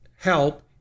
help